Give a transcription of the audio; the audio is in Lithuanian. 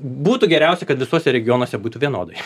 būtų geriausia kad visuose regionuose būtų vienodai